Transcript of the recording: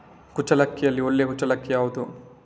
ಕುಚ್ಚಲಕ್ಕಿಯಲ್ಲಿ ಒಳ್ಳೆ ಕುಚ್ಚಲಕ್ಕಿ ಯಾವುದು?